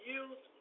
use